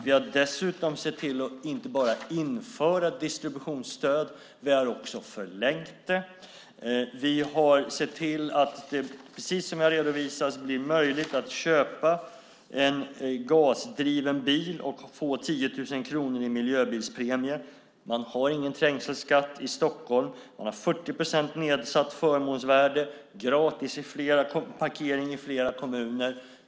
Vi har dessutom inte bara infört distributionsstöd utan också förlängt det. Vi har sett till att det, precis som jag har redovisat, blir möjligt att köpa en gasdriven bil och få 10 000 kronor i miljöbilspremie. Det blir ingen trängselskatt i Stockholm, det blir 40 procent nedsättning av förmånsvärdet och det blir gratis parkering i flera kommuner.